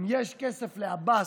אם יש כסף לעבאס,